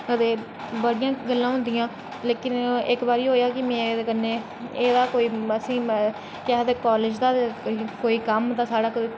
बड़ी गल्लां होंदियां इक बारी होआ कि मेरे कन्नै केह् आखदे कालेज दा गै कम्म हा कोई